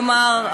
כלומר,